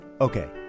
okay